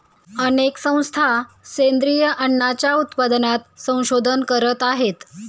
अनेक संस्था सेंद्रिय अन्नाच्या उत्पादनात संशोधन करत आहेत